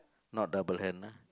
not double hand ah